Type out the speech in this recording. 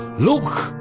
look,